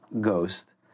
Ghost